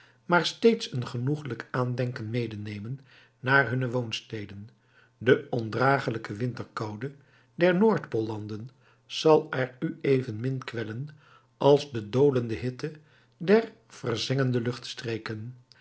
maar steeds een genoegelijk aandenken medenemen naar hunne woonsteden de ondragelijke winterkoude der noordpoollanden zal er u evenmin kwellen als de doodende hitte der verzengde